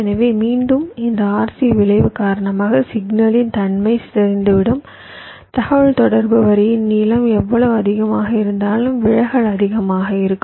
எனவே மீண்டும் இந்த RC விளைவு காரணமாக சிக்னலின் தன்மை சிதைந்துவிடும் தகவல்தொடர்பு வரியின் நீளம் எவ்வளவு அதிகமாக இருந்தால் விலகல் அதிகமாக இருக்கும்